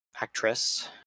Actress